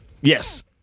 Yes